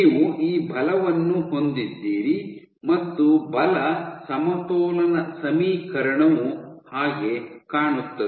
ನೀವು ಈ ಬಲವನ್ನು ಹೊಂದಿದ್ದೀರಿ ಮತ್ತು ಬಲ ಸಮತೋಲನ ಸಮೀಕರಣವು ಹಾಗೆ ಕಾಣುತ್ತದೆ